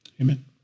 amen